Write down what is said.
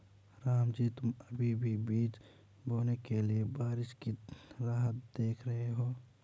रामजी तुम अभी भी बीज बोने के लिए बारिश की राह देख रहे हो?